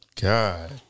God